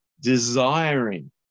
desiring